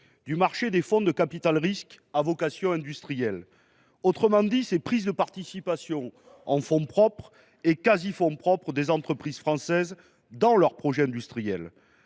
du marché des fonds de capital risque à vocation industrielle, c’est à dire des prises de participation en fonds propres et en quasi fonds propres des entreprises françaises dans leurs projets industriels.